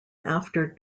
after